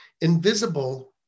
invisible